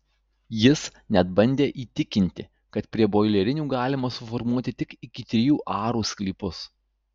jis net bandė įtikinti kad prie boilerinių galima suformuoti tik iki trijų arų sklypus